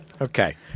Okay